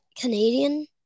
Canadian –